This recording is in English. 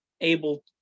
able